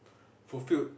fulfilled